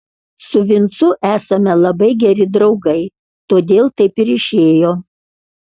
su vincu esame labai geri draugai todėl taip ir išėjo